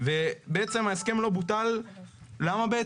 ההסכם לא בוטל, למה?